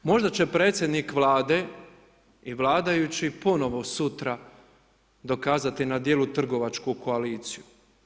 E sad, možda će predsjednik Vlade i vladajući ponovo sutra dokazati na djelu trgovačku koaliciju.